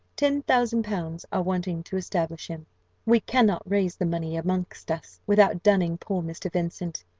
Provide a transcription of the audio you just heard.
ten thousand pounds are wanting to establish him we cannot raise the money amongst us, without dunning poor mr. vincent.